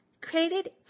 created